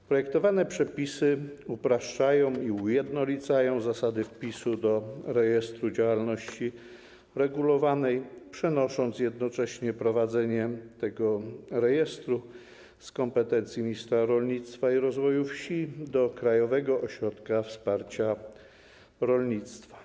W projektowanych przepisach upraszcza i ujednolica się zasady wpisu do rejestru działalności regulowanej, przenosząc jednocześnie prowadzenie tego rejestru z kompetencji ministra rolnictwa i rozwoju wsi do kompetencji Krajowego Ośrodka Wsparcia Rolnictwa.